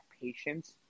patience